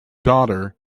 daughter